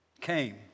came